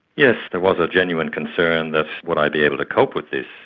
yes, there was a genuine concern that would i be able to cope with this,